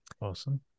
Awesome